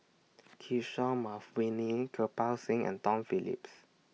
Kishore Mahbubani Kirpal Singh and Tom Phillips